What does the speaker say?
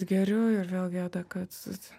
geriu ir vėl gieda kad